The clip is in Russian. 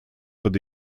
под